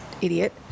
idiot